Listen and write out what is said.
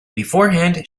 beforehand